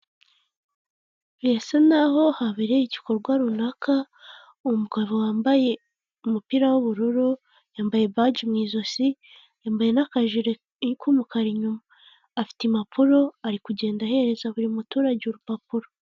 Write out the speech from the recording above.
Birasa naho habereye igikorwa runaka, umugabo wambaye umupira w'ubururu, yambaye baji mu ijosi, yambaye n'akajire k'umukara inyuma, afite impapuro ari kugenda ahereza buri muturage urupapuro.